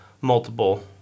multiple